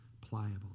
pliable